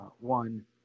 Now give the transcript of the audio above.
one